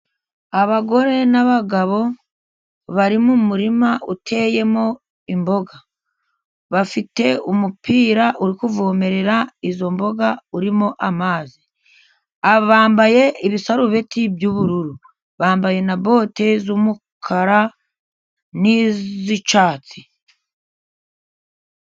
Abagore n'abagabo bari mu murima uteyemo imboga. Bafite umupira uri kuvomerera izo mboga, urimo amazi. Bambaye ibisarubeti by'ubururu, bambaye na bote z'umukara n'iz'icyatsi.